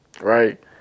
right